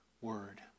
Word